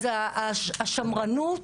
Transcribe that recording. אז השמרנות,